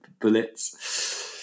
bullets